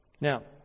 Now